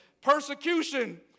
persecution